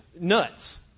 nuts